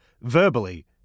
verbally